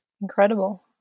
Incredible